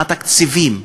מה התקציבים?